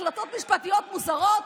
החלטות משפטיות מוזרות,